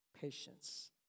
patience